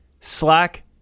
slack